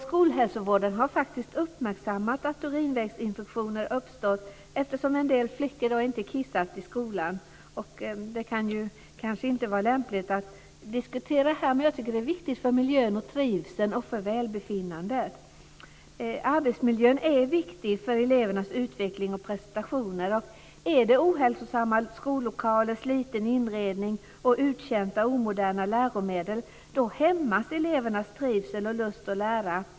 Skolhälsovården har faktiskt uppmärksammat att urinvägsinfektioner har uppstått eftersom en del flickor inte har kissat i skolan. Det är kanske inte lämpligt att diskutera här, men jag tycker att det är viktigt för miljön, trivseln och välbefinnandet. Arbetsmiljön är viktig för elevernas utveckling och prestationer. Ohälsosamma skollokaler, sliten inredning och uttjänta, omoderna läromedel hämmar elevernas trivsel och lust att lära.